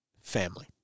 family